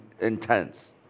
intense